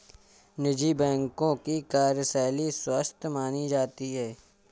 निजी बैंकों की कार्यशैली स्वस्थ मानी जाती है